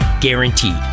Guaranteed